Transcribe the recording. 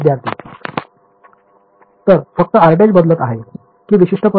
विद्यार्थी तर फक्त r′ बदलत आहे कि विशिष्ट पल्स